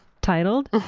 titled